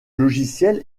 logiciel